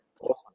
Awesome